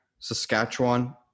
saskatchewan